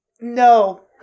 No